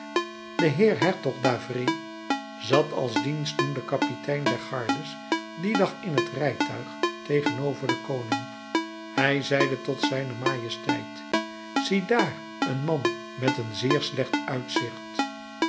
de heer hertog d'havré zat als dienstdoende kapitein der gardes dien dag in het rijtuig tegenover den koning hij zeide tot zijne majesteit ziedaar een man met een zeer slecht uitzicht